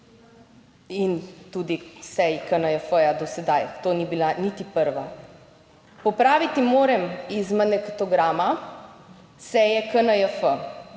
In tudi seji KNJF do sedaj, to ni bila niti prva. Popraviti moram iz magnetograma seje KNJF,